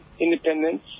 Independence